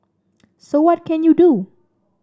so what can you do